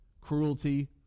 cruelty